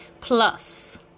plus